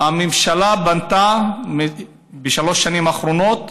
הממשלה בנתה בשלוש השנים האחרונות?